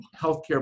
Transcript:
healthcare